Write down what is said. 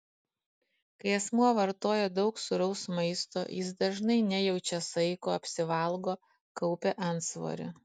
kai asmuo vartoja daug sūraus maisto jis dažnai nejaučia saiko apsivalgo kaupia antsvorį